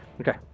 Okay